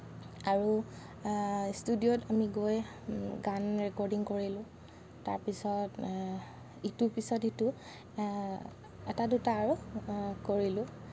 আৰু ষ্টুডিঅ'ত আমি গৈ গান ৰেকৰ্ডিং কৰিলোঁ তাৰপিছত ইটোৰ পিছত সিটো এটা দুটা আৰু কৰিলোঁ